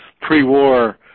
pre-war